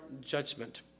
judgment